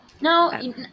No